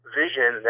vision